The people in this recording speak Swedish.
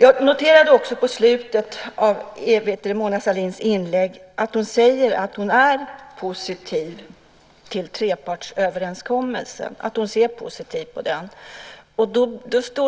Jag noterade också att Mona Sahlin i slutet av sitt inlägg säger att hon ser positivt på trepartsöverenskommelsen. Det står